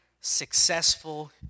successful